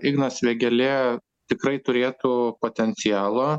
ignas vėgėlė tikrai turėtų potencialo